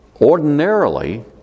ordinarily